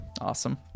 awesome